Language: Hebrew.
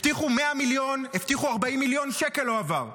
הבטיחו 100 מיליון, הבטיחו 40 מיליון, שקל לא עבר.